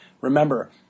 remember